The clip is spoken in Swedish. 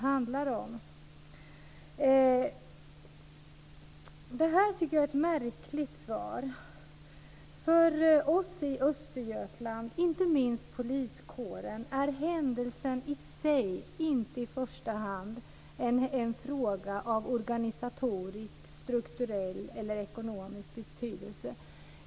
Jag tycker att det här är ett märkligt svar. För oss i Östergötland, och inte minst för poliskåren där, är händelsen i sig inte i första hand en fråga av organisatorisk, strukturell eller ekonomisk betydelse.